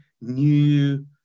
new